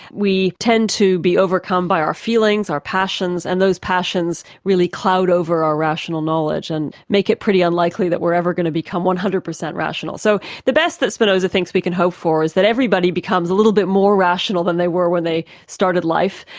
we tend to be overcome by our feelings, our passions, and those passions really cloud over our rational knowledge, and make it pretty unlikely that we're ever going to become one hundred percent rational. so the best that spinoza thinks we can hope for is that everybody becomes a little bit more rational than they were when they started life,